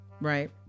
right